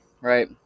right